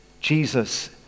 Jesus